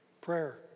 Prayer